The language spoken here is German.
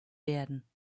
werden